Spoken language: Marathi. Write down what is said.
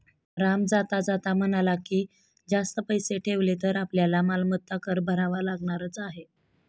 राम जाता जाता म्हणाला की, जास्त पैसे ठेवले तर आपल्याला मालमत्ता कर भरावा लागणारच आहे